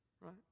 Right